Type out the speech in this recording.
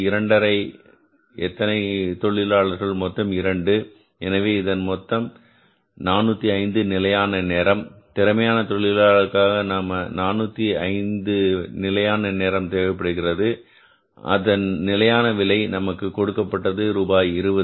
5 எத்தனை தொழிலாளர்கள் மொத்தம் 2 எனவே இதன் அர்த்தம் மொத்தம் 405 நிலையான நேரம் திறமையான தொழிலாளர்களுக்காக 405 நிலையான நேரம் தேவைப்படுகிறது ஆதன் நிலையான விலை நமக்கு கொடுக்கப்பட்டது ரூபாய் 20